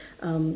um